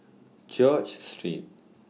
George Street